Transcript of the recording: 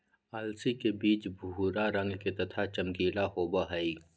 अलसी के बीज भूरा रंग के तथा चमकीला होबा हई